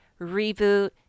reboot